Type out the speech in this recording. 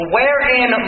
Wherein